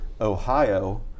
Ohio